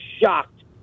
shocked